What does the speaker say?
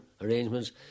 arrangements